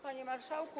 Panie Marszałku!